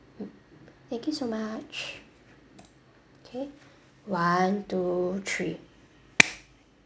mm thank you so much K one two three